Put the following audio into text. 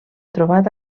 trobat